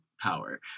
power